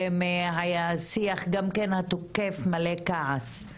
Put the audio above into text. וגם מהשיח התוקף ומלא הכעס,